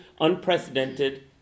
unprecedented